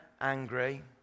angry